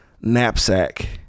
knapsack